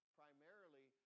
primarily